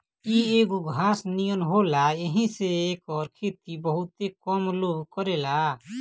इ एगो घास नियर होला येही से एकर खेती बहुते कम लोग करेला